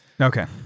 Okay